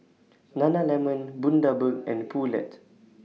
Nana Lemon Bundaberg and Poulet